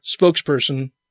spokesperson